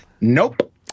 Nope